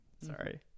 Sorry